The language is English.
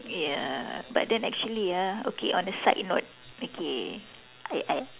ya but then actually ah okay on a side note okay I I